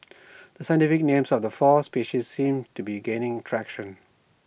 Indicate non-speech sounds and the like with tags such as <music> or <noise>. <noise> the scientific names of the four species seem to be gaining traction